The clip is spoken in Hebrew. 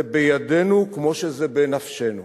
זה בידינו כמו שזה בנפשנו.